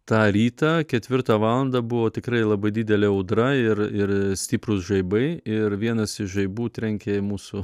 tą rytą ketvirtą valandą buvo tikrai labai didelė audra ir ir stiprūs žaibai ir vienas iš žaibų trenkė į mūsų